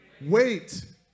wait